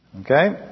Okay